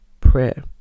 Prayer